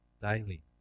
daily